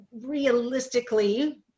realistically